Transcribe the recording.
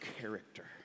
character